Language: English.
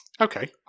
Okay